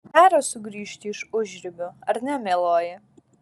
gera sugrįžti iš užribių ar ne mieloji